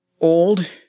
old